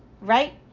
right